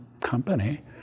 company